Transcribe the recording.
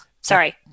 Sorry